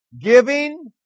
Giving